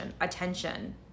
attention